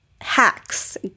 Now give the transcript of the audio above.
hacks